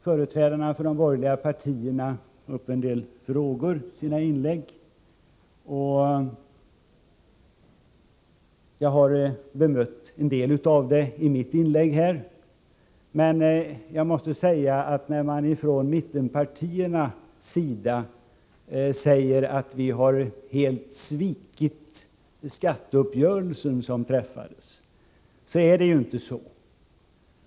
Företrädarna för de borgerliga partierna har tagit upp en del frågor. Jag har bemött några av dem. Men jag måste säga: Ifrån mittenpartiernas sida säger man att vi socialdemokrater helt har svikit den skatteuppgörelse som träffades, men det är ju inte så.